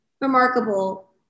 remarkable